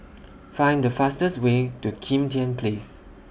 Find The fastest Way to Kim Tian Place